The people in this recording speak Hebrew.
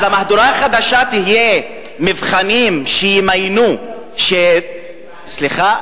אז המהדורה החדשה תהיה מבחנים, שימיינו, סליחה,